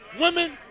Women